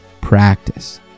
practice